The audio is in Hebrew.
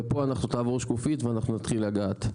פה אנחנו נתחיל לגעת.